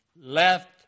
left